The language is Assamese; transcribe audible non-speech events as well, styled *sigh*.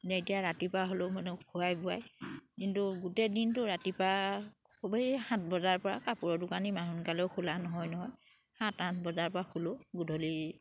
এতিয়া ৰাতিপুৱা হ'লেও মানে *unintelligible* কিন্তু গোটেই দিনটো ৰাতিপুৱা খুবেই সাত বজাৰ পৰা কাপোৰৰ দোকানী ইমান সোনকালেও খোলা নহয় নহয় সাত আঠ বজাৰ পৰা খোলোঁ গধূলি